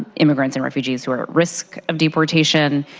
immigrants and refugees who are at risk of deportation.